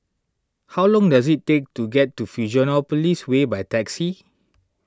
how long does it take to get to Fusionopolis Way by taxi